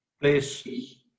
please